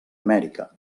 amèrica